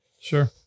Sure